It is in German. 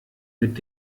mit